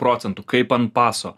procentu kaip ant paso